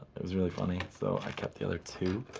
it was really funny. so, i kept the other two.